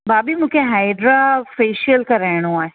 भाभी मूंखे hydra facial कराइणो आहे